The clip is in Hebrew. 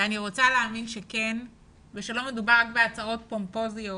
ואני רוצה להאמין שכן ושלא מדובר רק בהצהרות פומפוזיות